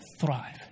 thrive